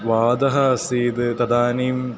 वातः आसीत् तदानीम्